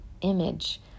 image